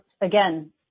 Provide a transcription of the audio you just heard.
again